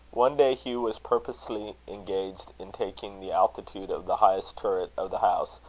one day hugh was purposely engaged in taking the altitude of the highest turret of the house,